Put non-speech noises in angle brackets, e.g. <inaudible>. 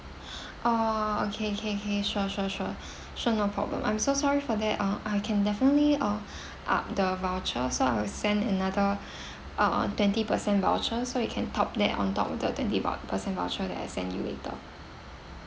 <breath> oh okay okay okay sure sure sure <breath> sure no problem I'm so sorry for that uh I can definitely uh <breath> up the voucher so I will send another <breath> uh twenty per cent voucher so you can top that on top of the twenty vou~ per cent voucher that I'll send you later